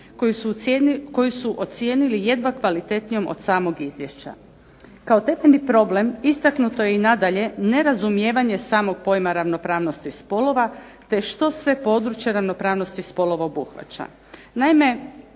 koju su ocijenili jedva kvalitetnijom od samog izvješća. Kao temeljni problem istaknuto je i nadalje nerazumijevanje samog pojma ravnopravnosti spolova te što sve područje ravnopravnosti spolova obuhvaća. Naime,